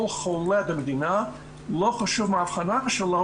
כל חולה במדינה לא חשוב מה האבחנה שלו,